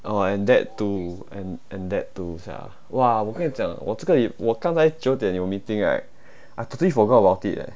oh and that too and and that too sia !wah! 我跟你讲我这个我刚才九点有 meeting right I totally forgot about it leh